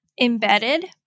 embedded